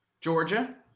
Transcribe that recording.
Georgia